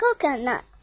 coconut